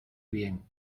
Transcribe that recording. bien